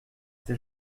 ces